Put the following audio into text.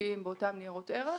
מהמשקיעים באותם ניירות ערך,